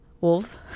wolf